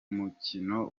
mukino